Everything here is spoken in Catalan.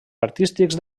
artístics